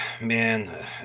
man